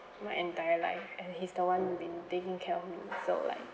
my entire life and he's the one been taking care of me so like